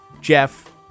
Jeff